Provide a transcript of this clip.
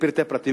לפרטי פרטים,